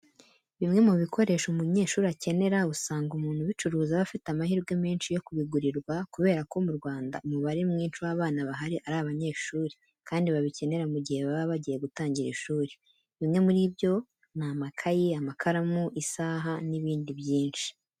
Bimwe mu bikoresho umunyeshuri akenera, usanga umuntu ubicuruza aba afite amahirwe menshi yo kubigurirwa kubera ko mu Rwanda umubare mwinshi w'abana bahari ari abanyeshuri kandi babikenera mu gihe baba bagiye gutangira ishuri. Bimwe muri byo ni amakayi, amakaramu, isaha n'ibindi byinshi.